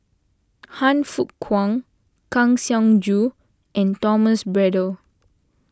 Han Fook Kwang Kang Siong Joo and Thomas Braddell